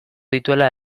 dituela